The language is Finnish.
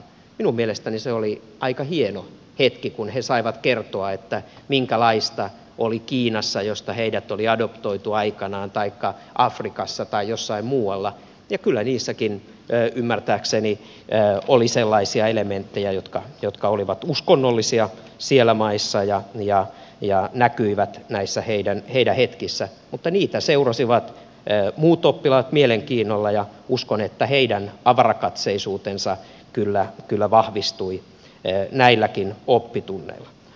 minun mielestäni se oli aika hieno hetki kun he saivat kertoa minkälaista oli kiinassa josta heidät oli adoptoitu aikanaan taikka afrikassa tai jossain muualla ja kyllä niissäkin ymmärtääkseni oli sellaisia elementtejä jotka olivat uskonnollisia siellä maissa ja näkyivät näissä heidän hetkissään mutta niitä seurasivat muut oppilaat mielenkiinnolla ja uskon että heidän avarakatseisuutensa kyllä vahvistui näilläkin oppitunneilla